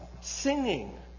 Singing